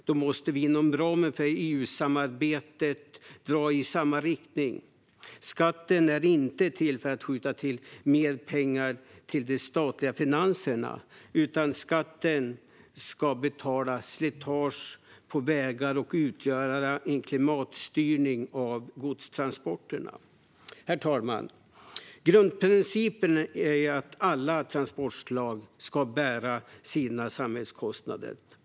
Därför måste vi inom ramen för EU-samarbetet dra i samma riktning. Skatten är inte till för att skjuta till mer pengar till de statliga finanserna, utan skatten ska bekosta slitage på vägar och utgöra en klimatstyrning av godstransporterna. Herr talman! Grundprincipen är att alla transportslag ska bära sina samhällskostnader.